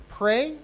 pray